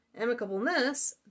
amicableness